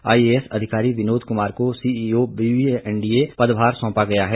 IAS अधिकारी विनोद कुमार को CEO BBNDA का पदभार सौंपा गया है